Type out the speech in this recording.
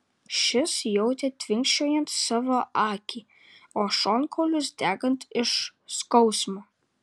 šis jautė tvinkčiojant savo akį o šonkaulius degant iš skausmo